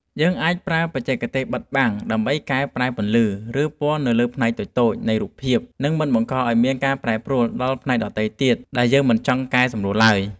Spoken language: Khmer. យើងអាចប្រើបច្ចេកទេសបិទបាំងដើម្បីកែប្រែពន្លឺ ឬពណ៌នៅលើផ្នែកតូចៗនៃរូបភាព និង មិនបង្កឱ្យមានការប្រែប្រួលដល់ផ្នែកដទៃទៀតដែលយើងមិនចង់កែសម្រួលឡើយ។